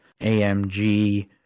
AMG